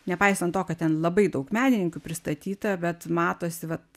nepaisant to kad ten labai daug menininkių pristatyta bet matosi vat